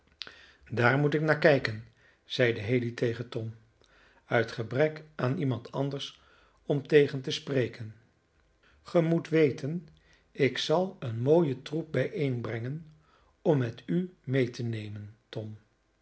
daar moet ik naar kijken zeide haley tegen tom uit gebrek aan iemand anders om tegen te spreken ge moet weten ik zal een mooien troep bijeenbrengen om met u mee te nemen tom